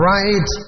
Right